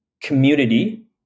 community